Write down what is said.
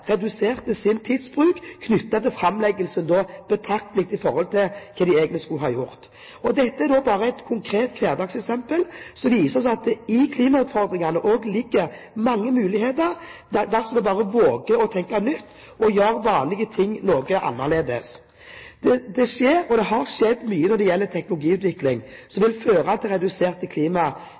sin tidsbruk i forbindelse med framleggelsen betraktelig i forhold til det de egentlig skulle ha gjort. Dette er ett konkret hverdagseksempel som viser oss at det i klimautfordringene også ligger mange muligheter, dersom vi bare våger å tenke nytt og gjøre vanlige ting noe annerledes. Det skjer, og det har skjedd, mye når det gjelder teknologiutvikling, som vil føre til reduserte